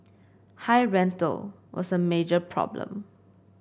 high rental was a major problem